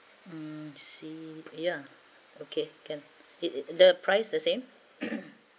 mm sea ya okay can it the price the same